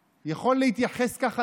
במקום לעשות ריבונות עשיתם קשקשת וברברת,